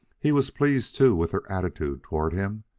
he was pleased, too, with their attitude toward him.